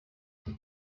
muri